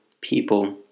people